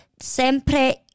sempre